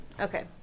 Okay